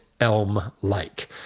elm-like